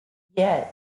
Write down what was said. yet